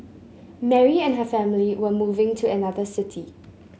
Mary and her family were moving to another city